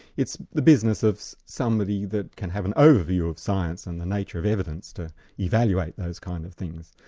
it's the business of somebody that can have an overview of science and the nature of evidence to evaluate those kind of things.